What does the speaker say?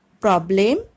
problem